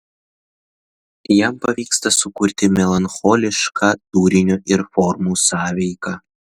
jam pavyksta sukurti melancholišką turinio ir formų sąveiką